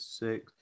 six